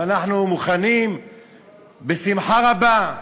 ואנחנו מוכנים בשמחה רבה.